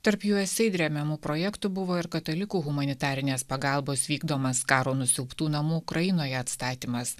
tarp usaid remiamų projektų buvo ir katalikų humanitarinės pagalbos vykdomas karo nusiaubtų namų ukrainoje atstatymas